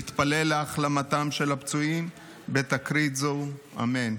נתפלל להחלמתם של הפצועים בתקרית זו, אמן.